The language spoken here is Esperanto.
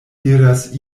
diras